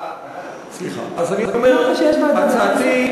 אמרת שיש ועדה בכנסת.